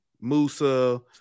Musa